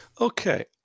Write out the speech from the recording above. Okay